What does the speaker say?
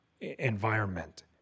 environment